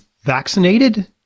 vaccinated